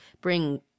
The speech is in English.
bring